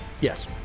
Yes